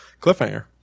cliffhanger